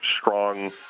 strong